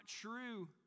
true